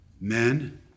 Men